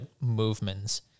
movements